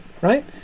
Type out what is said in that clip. right